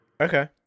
Okay